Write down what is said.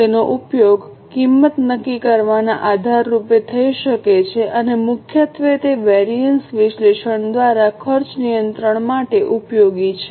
તેનો ઉપયોગ કિંમત નક્કી કરવાના આધાર રૂપે થઈ શકે છે અને મુખ્યત્વે તે વેરિએન્સ વિશ્લેષણ દ્વારા ખર્ચ નિયંત્રણ માટે ઉપયોગી છે